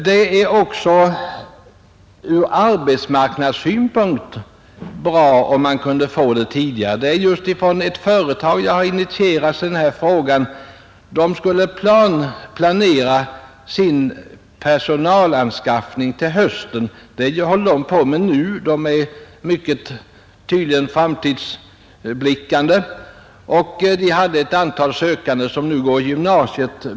Det vore också ur arbetsmarknadssynpunkt lämpligt om man kunde få besked tidigare. Det är just av ett företag som jag har initierats till min fråga. Man skulle där planera sin personalanskaffning till hösten — det håller man på med nu; man är tydligen mycket framåtblickande — och fick ett antal sökande som nu går i gymnasiet.